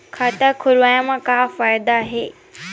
खाता खोलवाए मा का फायदा हे